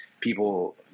people